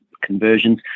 conversions